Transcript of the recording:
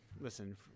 Listen